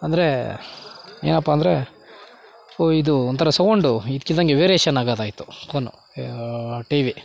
ಅಂದರೆ ಏನಪ್ಪಾ ಅಂದರೆ ಓ ಇದು ಒಂಥರ ಸೌಂಡು ಇದ್ಕಿದಂಗೆ ವೇರಿಯೇಷನ್ ಆಗೋದ್ ಆಯಿತು ಫೋನು ಟಿ ವಿ